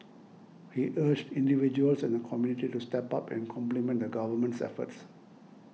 he urged individuals and the community to step up and complement the Government's efforts